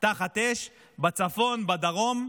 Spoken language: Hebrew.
תחת אש בצפון, בדרום.